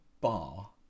bar